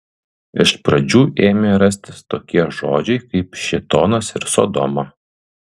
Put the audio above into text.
iš pradžių ėmė rastis tokie žodžiai kaip šėtonas ir sodoma